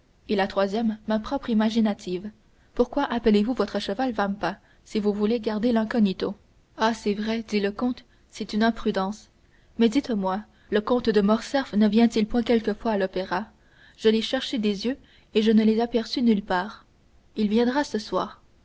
et la troisième ma propre imaginative pourquoi appelez-vous votre cheval vampa si vous voulez garder l'incognito ah c'est vrai dit le comte c'est une imprudence mais dites-moi donc le comte de morcerf ne vient-il point quelquefois à l'opéra je l'ai cherché des yeux et je ne l'ai aperçu nulle part il viendra ce soir